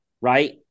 right